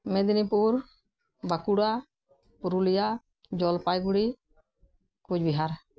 Medinipur Bankura Purulia Jalpaiguri Coochbehar